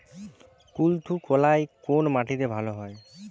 কুলত্থ কলাই কোন মাটিতে ভালো হয়?